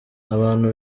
abantu